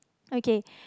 okay